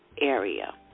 area